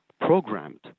programmed